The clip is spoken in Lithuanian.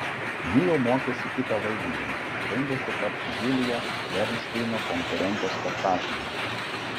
ji jau mokėsi kitą vaidmenį rengėsi tapti julija bernšteino konkurento spektaklyje